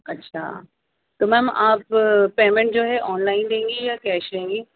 اچھا تو میم آپ پیمنٹ جو ہے آن لائن لیں گی یا کیش لیں گی